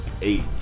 eight